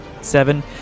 Seven